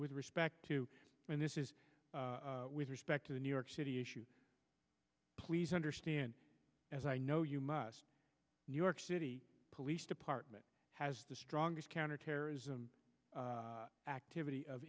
with respect to this is with respect to the new york city issue please understand as i know you must new york city police department has the strongest counterterrorism activity of